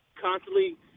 constantly